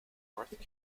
north